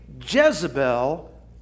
Jezebel